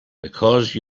because